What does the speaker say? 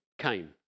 came